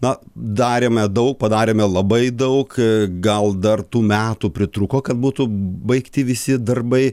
na darėme daug padarėme labai daug gal dar tų metų pritrūko kad būtų baigti visi darbai